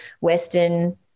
Western